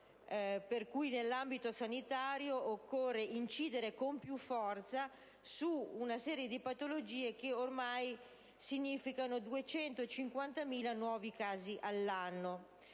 per cui nell'ambito sanitario occorre incidere con più forza su una serie di patologie che ormai presentano 250.000 nuovi casi l'anno.